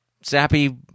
sappy